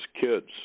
kids